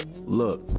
Look